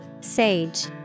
Sage